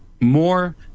more